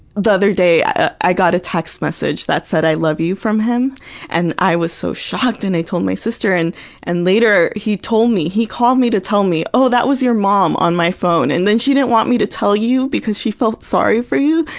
the other day i i got a text message that said i love you from him and i was so shocked and i told my sister. and and later, he told me he called me to tell me, oh, that was your mom on my phone, and then, she didn't want me to tell you because she felt sorry for you,